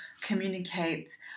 communicate